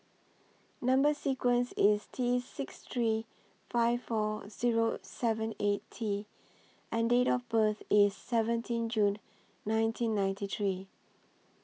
Number sequence IS T six three five four Zero seven eight T and Date of birth IS seventeen June nineteen ninety three